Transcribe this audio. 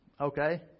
Okay